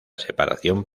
separación